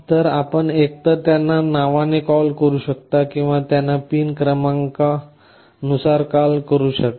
तर आपण एकतर त्यांना नावाने कॉल करू शकता किंवा आपण त्यांना पिन क्रमांकावर कॉल करू शकता